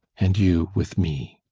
and you with me.